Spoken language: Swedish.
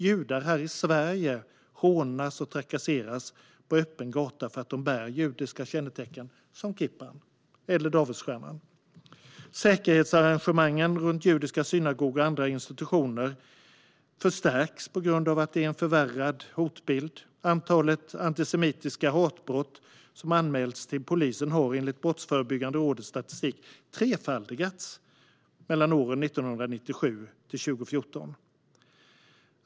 Judar här i Sverige hånas och trakasseras på öppen gata för att de bär judiska kännetecken som kippan eller davidsstjärnan. Säkerhetsarrangemangen runt judiska synagogor och andra institutioner förstärks på grund av att det finns en förvärrad hotbild. Antalet antisemitiska hatbrott som anmäls till polisen har, enligt Brottsförebyggande rådets statistik, trefaldigats mellan åren 1997 och 2014.